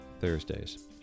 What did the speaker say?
Thursdays